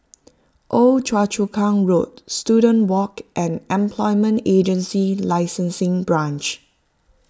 Old Choa Chu Kang Road Student Walk and Employment Agency Licensing Branch